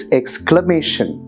exclamation